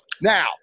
Now